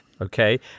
Okay